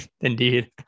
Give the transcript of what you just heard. Indeed